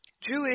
Jewish